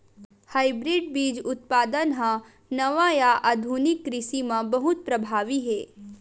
hybrid बीज उत्पादन हा नवा या आधुनिक कृषि मा बहुत प्रभावी हे